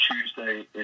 Tuesday